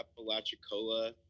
Apalachicola